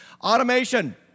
Automation